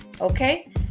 okay